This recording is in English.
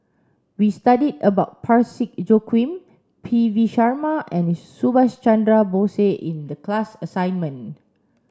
we studied about Parsick Joaquim P V Sharma and Subhas Chandra Bose in the class assignment